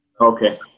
Okay